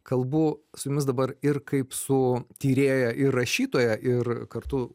kalbu su jumis dabar ir kaip su tyrėja ir rašytoja ir kartu